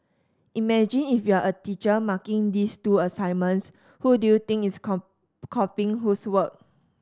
imagine if you are a teacher marking these two assignments who do you think is copying whose work